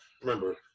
remember